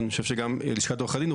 ואני חושב שגם לשכת עורכי הדין,